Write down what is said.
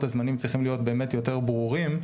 הזמנים צריכים להיות באמת יותר ברורים,